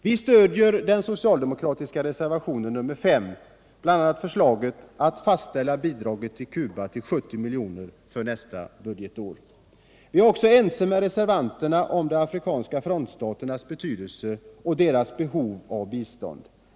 Vi stöder den socialdemokratiska reservationen 5, bl.a. förslaget att biståndet till Cuba skall fastställas till 70 milj.kr. för nästa budgetår. Vi är också ense med reservanterna om de afrikanska frontstaternas betydelse och deras behov av bistånd.